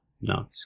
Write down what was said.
No